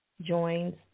joins